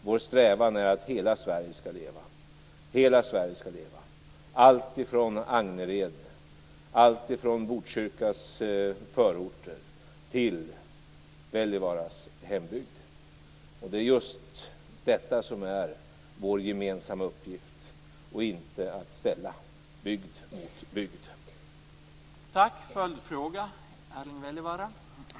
Vår strävan är att hela Sverige skall leva, alltifrån Angered och Botkyrkas förorter till Wälivaaras hembygd. Det är just detta som är vår gemensamma uppgift och inte att ställa bygd mot bygd.